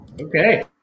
Okay